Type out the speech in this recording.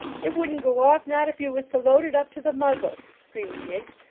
it wouldn't go off, not if you was to load it up to the muzzle screamed miggs.